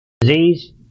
Disease